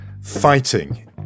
fighting